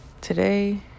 today